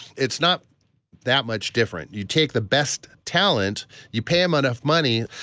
it's not that much different. you take the best talent you pay them enough money.